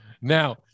Now